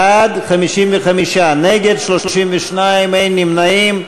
בעד, 55, נגד, 32, אין נמנעים.